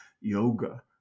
yoga